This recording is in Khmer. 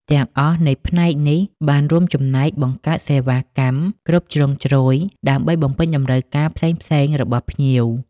ទាំងអស់នៃផ្នែកនេះបានរួមចំណែកបង្កើតសេវាកម្មគ្រប់ជ្រុងជ្រោយដើម្បីបំពេញតម្រូវការផ្សេងៗរបស់ភ្ញៀវ។